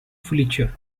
fletcher